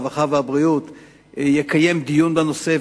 הרווחה והבריאות יקיים דיון בנושא,